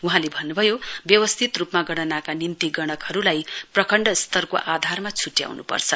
वहाँले भन्नू भयो व्यवस्थित रूपमा गणनाका निम्ति गणकहरूलाई प्रखण्ड स्तरको आधारमा छुट्याउनु पर्छ